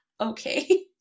okay